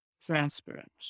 transparent